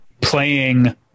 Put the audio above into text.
playing